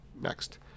Next